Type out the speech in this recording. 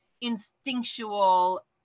instinctual